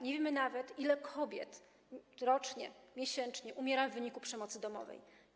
Nie wiemy nawet, ile kobiet rocznie, miesięcznie umiera w wyniku przemocy domowej.